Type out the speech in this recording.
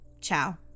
ciao